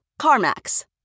CarMax